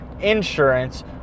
insurance